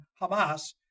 Hamas